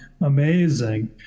amazing